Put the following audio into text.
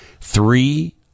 three